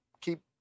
keep